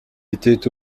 était